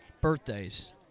birthdays